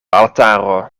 altaro